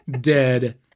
Dead